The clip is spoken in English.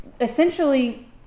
essentially